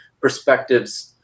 perspectives